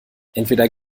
entweder